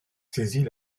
saisit